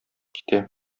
китә